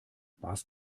warst